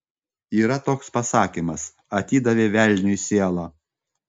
yra toks pasakymas atidavė velniui sielą